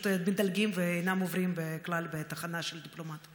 מדלגים ואינם עוברים כלל בתחנה של דיפלומט?